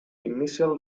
initial